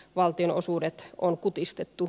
valtionosuudet on kutistettu